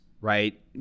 right